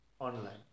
online